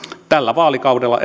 tällä vaalikaudella